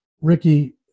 ricky